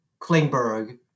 Klingberg